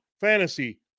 Fantasy